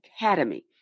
Academy